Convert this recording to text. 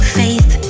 faith